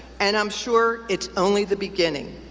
and i'm sure it's only the beginning.